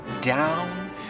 down